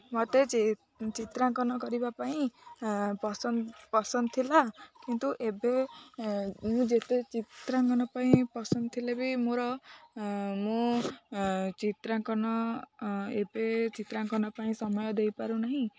ମତେ ଚିତ୍ରାଙ୍କନ କରିବା ପାଇଁ ପସନ୍ଦ ପସନ୍ଦ ଥିଲା କିନ୍ତୁ ଏବେ ମୁଁ ଯେତେ ଚିତ୍ରାଙ୍କନ ପାଇଁ ପସନ୍ଦ ଥିଲେ ବି ମୋର ମୁଁ ଚିତ୍ରାଙ୍କନ ଏବେ ଚିତ୍ରାଙ୍କନ ପାଇଁ ସମୟ ଦେଇପାରୁନାହିଁ